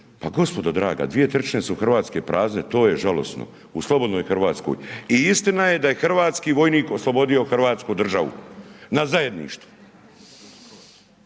Pa gospodo draga, 2/3 su Hrvatske prazne, to je žalosno. U slobodnoj Hrvatskoj. I istina je da je hrvatski vojnik oslobodio Hrvatsku državu, na zajedništvo.